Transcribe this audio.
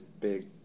big